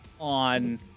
on